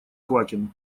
квакин